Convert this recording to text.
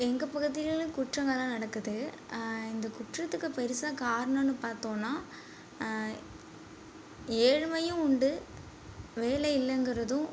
எங்கள் பகுதிகளிலும் குற்றங்கள்லாம் நடக்குது இந்த குற்றத்துக்கு பெருசாக காரணனுன்னு பார்த்தோன்னா ஏழ்மையும் உண்டு வேலை இல்லைங்குறதும்